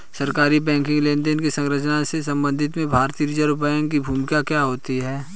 सरकारी बैंकिंग लेनदेनों के संचालन के संबंध में भारतीय रिज़र्व बैंक की भूमिका क्या होती है?